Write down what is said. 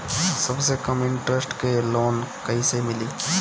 सबसे कम इन्टरेस्ट के लोन कइसे मिली?